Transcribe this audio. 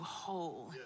whole